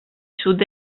sud